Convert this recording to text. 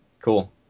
Cool